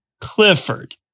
Clifford